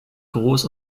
groß